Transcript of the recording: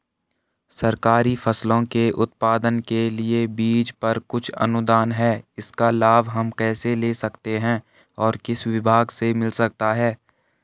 सरकारी फसलों के उत्पादन के लिए बीज पर कुछ अनुदान है इसका लाभ हम कैसे ले सकते हैं और किस विभाग से मिल सकता है?